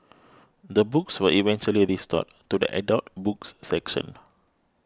the books were eventually restored to the adult books section